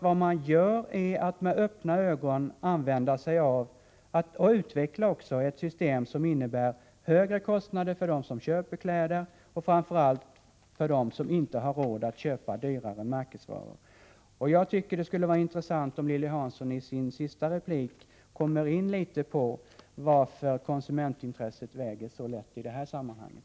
Vad man gör är ju att man med öppna ögon utvecklar ett system som innebär högre kostnader för dem som köper kläder, framför allt för dem som inte har råd att köpa dyrare märkesvaror. Det skulle vara intressant om Lilly Hansson i sin nästa replik kom in litet grand på varför konsumentintresset väger så lätt i det här sammanhanget.